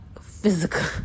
physical